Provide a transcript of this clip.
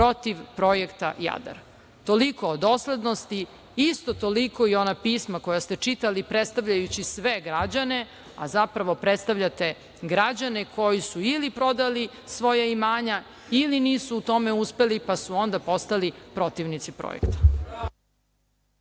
protiv projekta Jadar. Toliko o doslednosti. Isto toliko i ona pisma koja ste čitali, predstavljajući sve građane, a zapravo predstavljate građane koji su ili prodali svoja imanja ili nisu u tome uspeli, pa su onda postali protivnici projekta.